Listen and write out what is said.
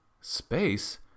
Space